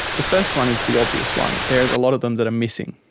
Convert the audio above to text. the first one is the obvious one. there is a lot of them that are missing.